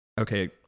okay